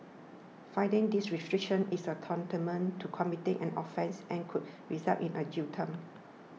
flouting these restrictions is tantamount to committing an offence and could result in a jail term